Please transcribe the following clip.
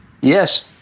Yes